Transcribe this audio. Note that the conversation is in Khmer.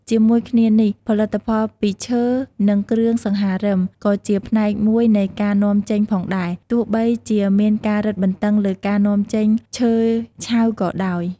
ជាមួយគ្នានេះ ផលិតផលពីឈើ និងគ្រឿងសង្ហារឹម ក៏ជាផ្នែកមួយនៃការនាំចេញផងដែរ ទោះបីជាមានការរឹតបន្តឹងលើការនាំចេញឈើឆៅក៏ដោយ។